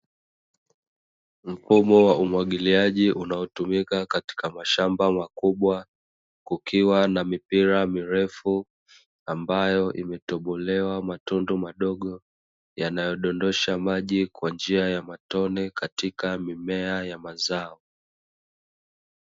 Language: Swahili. Mfumo wa umwagiliaji unaotumika katika mashamba makubwa, kukiwa na mipira mirefu ambayo imetobolewa matundu madogo yanayodondosha maji kwa njia ya matone katika mimea ya mazao.